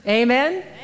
Amen